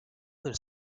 there